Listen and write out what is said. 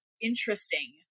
interesting